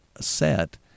set